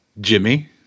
jimmy